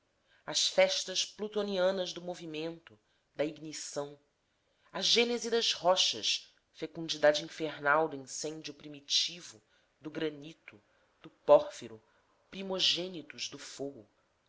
as festas plutonianas do movimento da ignição a gênese das rochas fecundidade infernal do incêndio primitivo do granito do pórfiro primogênitos do fogo